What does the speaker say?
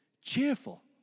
cheerful